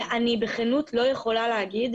אני בכנות לא יכולה לומר,